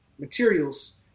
Materials